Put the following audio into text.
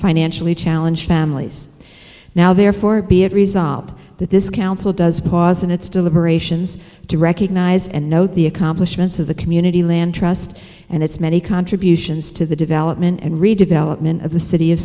financially challenged families now therefore be it resolved that this council does pause in its deliberations to recognize and note the accomplishments of the community land trust and its many contributions to the development and redevelopment of the city of